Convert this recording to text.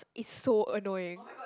it's so annoying